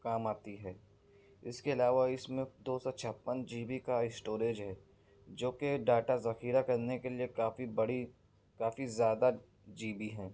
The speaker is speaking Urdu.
کام آتی ہے اس کے علاوہ اس میں دو سو چھپن جی بی کا اسٹوریج ہے جو کہ ڈاٹا ذخیرہ کرنے کے لیے کافی بڑی کافی زیادہ جی بی ہیں